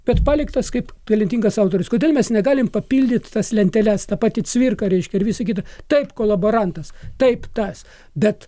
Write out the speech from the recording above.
bet paliktas kaip talentingas autorius kodėl mes negalim papildyt tas lenteles tą patį cvirką reiškia ir visą kitą taip kolaborantas taip tas bet